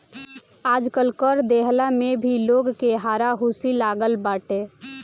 आजकल कर देहला में भी लोग के हारा हुसी लागल बाटे